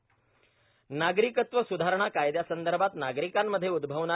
intro नागरिकत्व सुधारणा कायदयासंदर्भात नागरिकांमध्ये उदभवणा